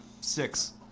six